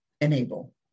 enable